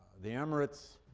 the emirates,